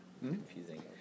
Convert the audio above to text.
confusing